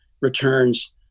returns